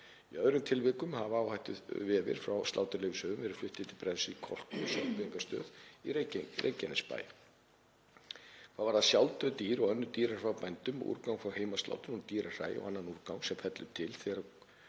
Í öðrum tilvikum hafa áhættuvefir frá sláturleyfishöfum verið fluttir til brennslu í Kölku sorpeyðingarstöð í Reykjanesbæ. Hvað varðar sjálfdauð dýr og önnur dýrahræ frá bændum, úrgang frá heimaslátrun og dýrahræ og annan úrgang sem fellur til